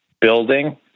building